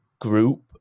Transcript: group